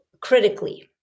critically